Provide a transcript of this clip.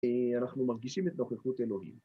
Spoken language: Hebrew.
אנחנו מרגישים את נוכחות אלוהים.